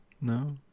No